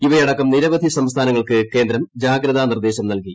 ഇവയടക്കം നിരവധി സംസ്ഥാനങ്ങൾക്ക് കേന്ദ്രം ജാഗ്രതാ നിർദ്ദേശം നൽകി